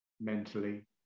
mentally